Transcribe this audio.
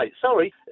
Sorry